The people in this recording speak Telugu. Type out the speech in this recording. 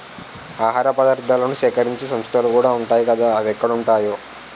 ఆహార పదార్థాలను సేకరించే సంస్థలుకూడా ఉంటాయ్ కదా అవెక్కడుంటాయో